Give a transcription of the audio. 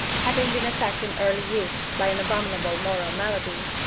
having been attacked in early youth by an abominable moral malady,